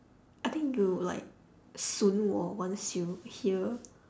I think you'll like 损我 once you hear